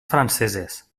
franceses